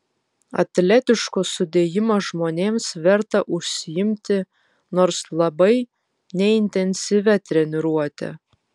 atletiško sudėjimo žmonėms verta užsiimti nors labai neintensyvia treniruote